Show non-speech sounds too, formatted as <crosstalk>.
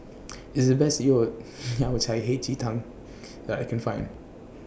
<noise> This IS The Best your <noise> Yao Cai Hei Ji Tang that I Can Find